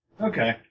Okay